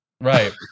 Right